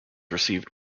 received